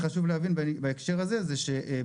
רק